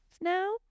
now